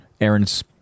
Aaron's